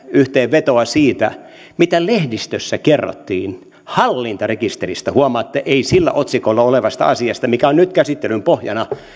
yhteenvetoa siitä mitä lehdistössä kerrottiin hallintarekisteristä huomaatte ei sillä otsikolla olevasta asiasta mikä on nyt käsittelyn pohjana